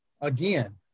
again